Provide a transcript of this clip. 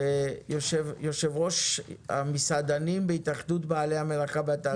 יושבת-ראש המסעדנים בהתאחדות בעלי המלאכה והתעשייה,